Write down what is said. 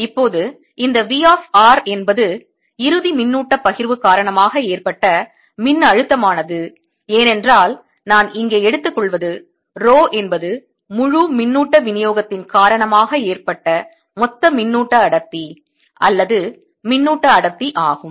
இப்போது இந்த V of r என்பது இறுதி மின்னூட்டப் பகிர்வு காரணமாக ஏற்பட்ட மின் அழுத்தமானது ஏனென்றால் நான் இங்கே எடுத்துக்கொள்வது ரோ என்பது முழு மின்னூட்ட விநியோகத்தின் காரணமாக ஏற்பட்ட மொத்த மின்னூட்ட அடர்த்தி அல்லது மின்னூட்ட அடர்த்தி ஆகும்